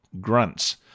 grunts